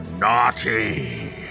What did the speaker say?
naughty